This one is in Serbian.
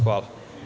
Hvala.